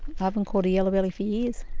haven't caught a yellow belly for years.